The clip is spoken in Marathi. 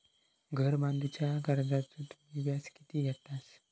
घर बांधूच्या कर्जाचो तुम्ही व्याज किती घेतास?